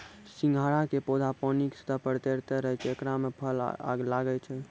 सिंघाड़ा के पौधा पानी के सतह पर तैरते रहै छै ओकरे मॅ फल लागै छै